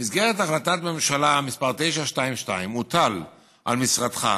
במסגרת החלטת ממשלה מס' 922 הוטל על משרדך,